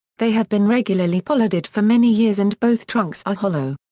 they have been regularly pollarded for many years and both trunks are hollow.